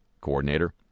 Coordinator